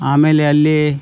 ಆಮೇಲೆ ಅಲ್ಲಿ